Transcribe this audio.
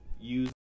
use